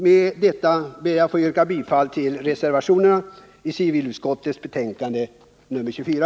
Med detta ber jag att få yrka bifall till reservationen vid civilutskottets betänkande nr 24.